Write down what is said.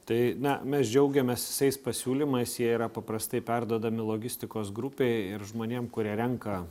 tai na mes džiaugiamės visais pasiūlymais jie yra paprastai perduodami logistikos grupei ir žmonėm kurie renka